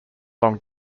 long